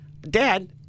Dad